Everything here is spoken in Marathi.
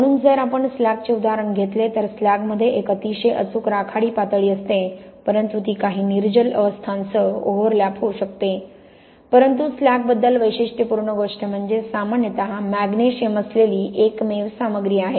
म्हणून जर आपण स्लॅगचे उदाहरण घेतले तर स्लॅगमध्ये एक अतिशय अचूक राखाडी पातळी असते परंतु ती काही निर्जल अवस्थांसह ओव्हरलॅप होऊ शकते परंतु स्लॅगबद्दल वैशिष्ट्यपूर्ण गोष्ट म्हणजे सामान्यतः मॅग्नेशियम असलेली एकमेव सामग्री आहे